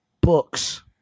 books